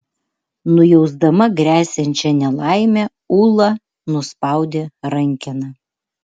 nujausdama gresiančią nelaimę ula nuspaudė rankeną